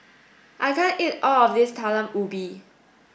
I can't eat all of this Talam Ubi